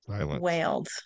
wailed